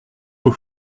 vos